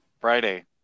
Friday